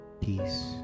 peace